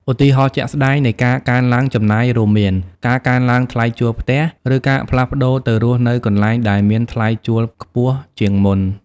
ឧទាហរណ៍ជាក់ស្ដែងនៃការកើនឡើងចំណាយរួមមាន ការកើនឡើងថ្លៃជួលផ្ទះ ឬការផ្លាស់ប្ដូរទៅរស់នៅកន្លែងដែលមានថ្លៃជួលខ្ពស់ជាងមុន។